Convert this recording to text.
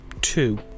two